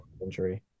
injury